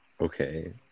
Okay